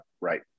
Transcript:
Right